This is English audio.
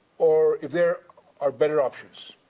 or if there are better options.